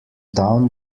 down